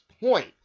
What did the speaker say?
point